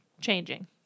changing